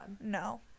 No